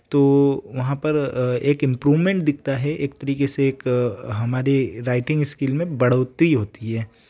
तो वहाँ पर एक इम्प्रूवमेंट दिखता है एक तरीके से एक हमारी राइटिंग स्किल में बढ़ोतरी होती है